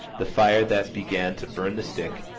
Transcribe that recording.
the fire that began to burn the stick,